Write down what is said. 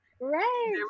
right